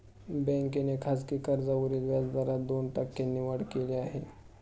बँकेने खासगी कर्जावरील व्याजदरात दोन टक्क्यांनी वाढ केली आहे